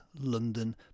London